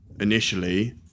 initially